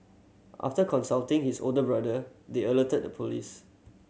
after consulting his older brother they alerted the police